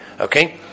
Okay